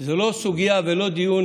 זו לא סוגיה ולא דיון